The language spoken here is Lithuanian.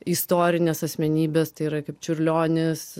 istorinės asmenybės tai yra kaip čiurlionis